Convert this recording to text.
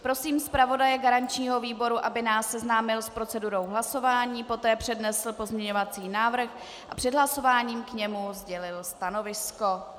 Prosím zpravodaje garančního výboru, aby nás seznámil s procedurou hlasování, poté přednesl pozměňovací návrh a před hlasováním k němu sdělil stanovisko.